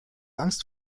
angst